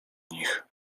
nich